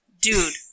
dude